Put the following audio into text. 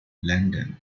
london